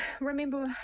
remember